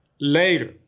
later